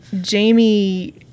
Jamie